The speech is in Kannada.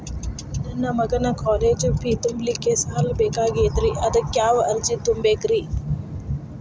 ನನ್ನ ಮಗನ ಕಾಲೇಜು ಫೇ ತುಂಬಲಿಕ್ಕೆ ಸಾಲ ಬೇಕಾಗೆದ್ರಿ ಅದಕ್ಯಾವ ಅರ್ಜಿ ತುಂಬೇಕ್ರಿ?